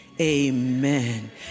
amen